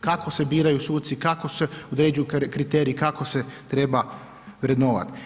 kako se biraju suci, kako se određuju kriteriji, kako se treba vrednovat.